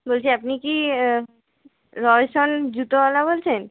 বলছি আপনি কি রয়সন জুতোওয়ালা বলছেন